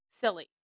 silly